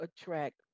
attract